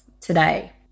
today